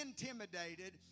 intimidated